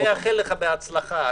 אני מאחל לך בהצלחה.